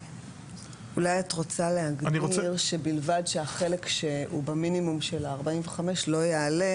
אולי את רוצה להגדיר שבלבד שהחלק שהוא במינימום של ה-45 לא יעלה על.